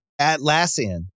Atlassian